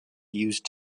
used